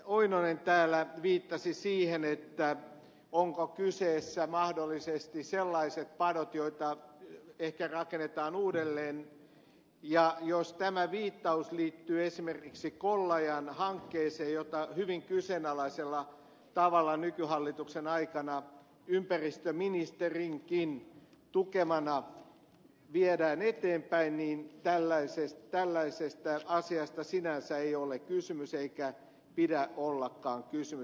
oinonen täällä viittasi siihen ovatko kyseessä mahdollisesti sellaiset padot joita ehkä rakennetaan uudelleen ja jos tämä viittaus liittyy esimerkiksi kollajan hankkeeseen jota hyvin kyseenalaisella tavalla nykyhallituksen aikana ympäristöministerinkin tukemana viedään eteenpäin niin tällaisesta asiasta sinänsä ei ole kysymys eikä pidä ollakaan kysymys